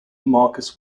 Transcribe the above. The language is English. marcus